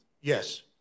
Yes